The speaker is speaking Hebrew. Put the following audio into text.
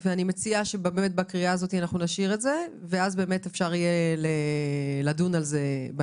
ואני מציעה שנשאיר את זה ככה בקריאה הזו ובהמשך נדון על זה,